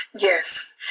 Yes